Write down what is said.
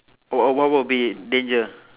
oh what would be danger